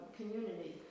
community